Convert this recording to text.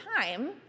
time